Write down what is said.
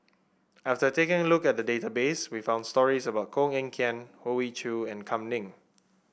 after taking a look at the database we found stories about Koh Eng Kian Hoey Choo and Kam Ning